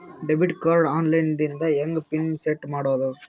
Debit card on ಲೈನ್ ದಿಂದ ಹೆಂಗ್ ಪಿನ್ ಸೆಟ್ ಮಾಡೋದು?